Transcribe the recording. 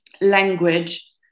language